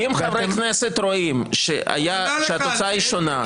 אם חברי כנסת רואים שהתוצאה היא שונה,